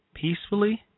peacefully